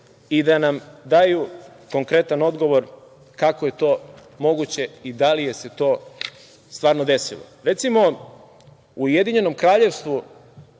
i da nam daju konkretan odgovor kako je to moguće i da li se to stvarno desilo. Recimo, u Ujedinjenom kraljevstvu,